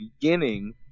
beginning